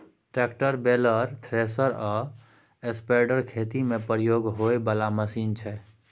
tractor, baler, thresher आ spreader खेती मे प्रयोग होइ बला मशीन छै